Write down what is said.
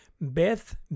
Beth